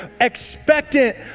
expectant